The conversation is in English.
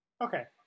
Okay